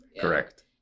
Correct